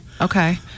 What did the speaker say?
okay